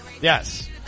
Yes